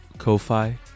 Ko-Fi